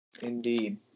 Indeed